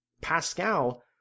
Pascal